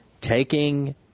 taking